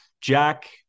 Jack